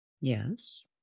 Yes